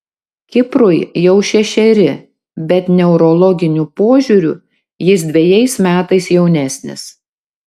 kiprui jau šešeri bet neurologiniu požiūriu jis dvejais metais jaunesnis